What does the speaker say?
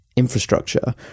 infrastructure